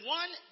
one